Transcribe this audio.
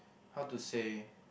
how to say